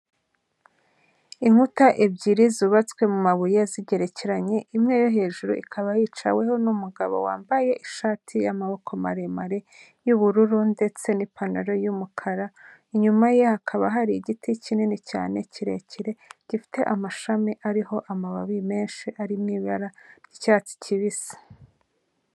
Inkuta ebyiri zubatswe mu mabuye zigerekeranye imwe yo hejuru ikaba yicaweho n'umugabo wambaye ishati y'amaboko maremare y'ubururu ndetse n'ipantaro y'umukara, inyuma ye hakaba hari igiti kinini cyane kirekire gifite amashami ariho amababi menshi ari mu ibara ry'icyatsi kibisi.